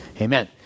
Amen